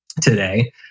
today